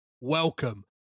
Welcome